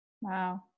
Wow